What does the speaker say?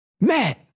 Matt